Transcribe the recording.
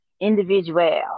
individual